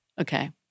Okay